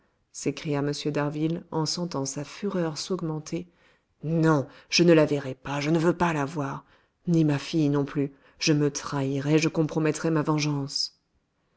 s'écria m d'harville en sentant sa fureur s'augmenter non je ne la verrai pas je ne veux pas la voir ni ma fille non plus je me trahirais je compromettrais ma vengeance